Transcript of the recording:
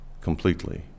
completely